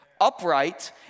upright